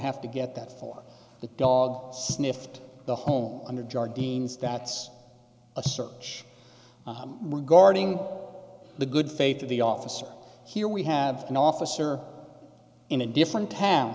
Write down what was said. have to get that for the dog sniffed the home under jar deane's that's a search regarding the good faith of the officer here we have an officer in a different town